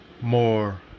more